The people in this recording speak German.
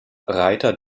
reiter